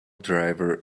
driver